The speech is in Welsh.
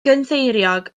gynddeiriog